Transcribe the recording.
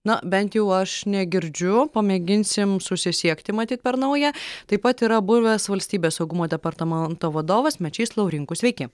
na bent jau aš negirdžiu pamėginsim susisiekti matyt per nauja taip pat yra buvęs valstybės saugumo departamento vadovas mečys laurinkus sveiki